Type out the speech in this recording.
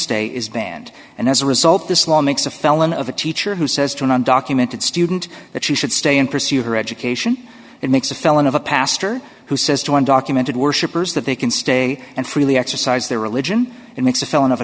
stay is banned and as a result this law makes a felon of a teacher who says to an undocumented student that she should stay and pursue her education that makes a felon of a pastor who says to undocumented worshipers that they can stay and freely exercise their religion and makes a felon of a